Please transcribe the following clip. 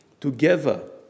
together